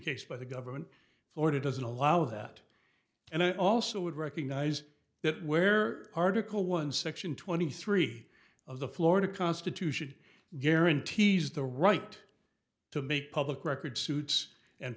case by the government order doesn't allow that and i also would recognise that where article one section twenty three of the florida constitution guarantees the right to make public record suits and